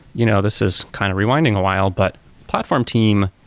you know this is kind of rewinding a while, but platform team